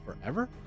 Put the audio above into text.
forever